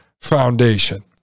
foundation